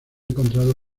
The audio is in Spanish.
encontrado